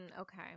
Okay